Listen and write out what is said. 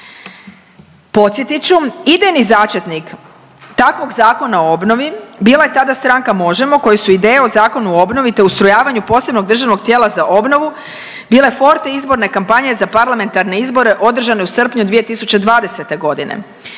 Podsjetit ću, idejni začetnik takvog Zakona o obnovi bila je tada stranka Možemo! koji su ideje o Zakonu o obnovi, te ustrojavanju posebnog državnog tijela za obnovu bile forte izborne kampanje za parlamentarne izbore održane u srpnju 2020.g..